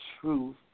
truth